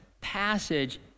passage